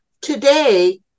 today